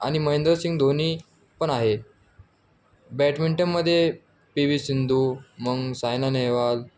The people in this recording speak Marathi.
आणि महेंद्र सिंग धोनी पण आहे बॅटमिंटनमध्ये पी वी सिंधू मग सायना नेहवाल